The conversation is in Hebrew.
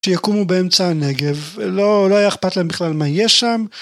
שיקומו באמצע הנגב לא היה אכפת להם בכלל מה יש שם